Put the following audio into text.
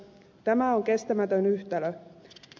tämä on kestämätön yhtälö